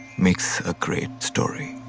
makes a great story.